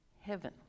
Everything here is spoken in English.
heaven